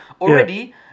Already